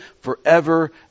forever